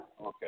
Okay